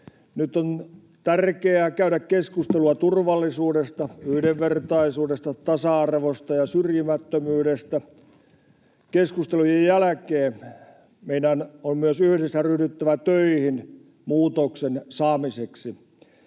Nyt on tärkeää käydä keskustelua turvallisuudesta, yhdenvertaisuudesta, tasa-arvosta ja syrjimättömyydestä. Keskustelujen jälkeen meidän on myös yhdessä ryhdyttävä töihin muutoksen saamiseksi.